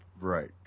Right